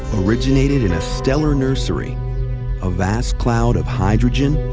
originated in a stellar nursery a vast cloud of hydrogen,